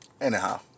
Anyhow